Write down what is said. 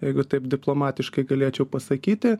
jeigu taip diplomatiškai galėčiau pasakyti